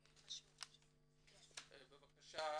אני מבקש